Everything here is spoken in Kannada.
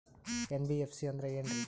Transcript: ಎನ್.ಬಿ.ಎಫ್.ಸಿ ಅಂದ್ರ ಏನ್ರೀ?